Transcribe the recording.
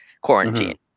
quarantine